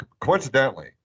coincidentally